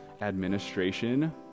administration